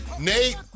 Nate